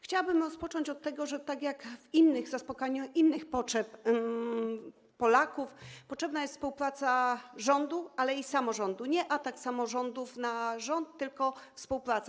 Chciałabym rozpocząć od tego, że tak jak w przypadku zaspokajania innych potrzeb Polaków potrzebna jest tu współpraca rządu, ale i samorządu, nie atak samorządów na rząd, tylko współpraca.